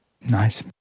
Nice